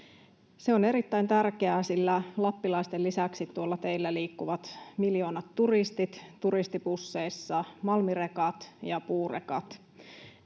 Se on erittäin tärkeää, sillä lappilaisten lisäksi tuolla teillä liikkuvat miljoonat turistit turistibusseissa, malmirekat ja puurekat.